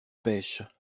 pêche